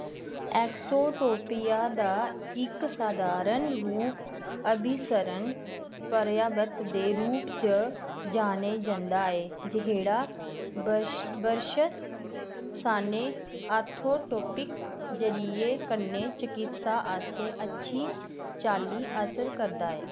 exotropia दा इक सधारण रूप अभिसरण पर्याप्त दे रूप च जाने जंदा ऐ जहेड़ा बरश बर्श साने आर्थोटडोंटिक़ ज़रिये कन्नै चकिस्ता आस्तै अच्छी चाल्ली असर करदा ऐ